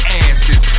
asses